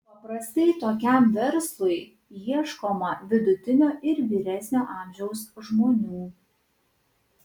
paprastai tokiam verslui ieškoma vidutinio ir vyresnio amžiaus žmonių